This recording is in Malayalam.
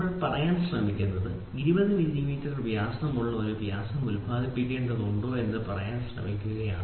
ഞങ്ങൾ പറയാൻ ശ്രമിക്കുന്നത് 20 മില്ലിമീറ്റർ വ്യാസമുള്ള ഒരു വ്യാസം ഉൽപാദിപ്പിക്കേണ്ടതുണ്ടോ എന്ന് പറയാൻ ശ്രമിക്കുകയാണ്